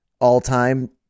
all-time